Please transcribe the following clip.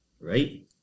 right